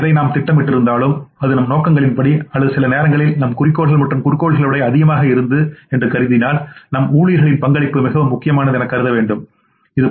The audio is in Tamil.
எதை நாம் திட்டமிட்டிருந்தாலும் அது நம் நோக்கங்களின்படி அல்லது சில நேரங்களில் நம் குறிக்கோள்கள் மற்றும் குறிக்கோள்களை விட அதிகமாக இருந்தது என்று கருதினால் நம் ஊழியர்களின் பங்களிப்பு மிகவும் முக்கியமானது என்று கருதப்படுகிறது